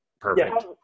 perfect